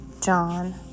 John